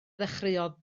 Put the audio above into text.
ddechreuodd